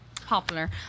popular